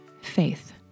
faith